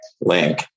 link